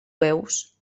veus